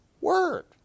word